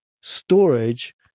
storage